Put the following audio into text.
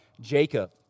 Jacob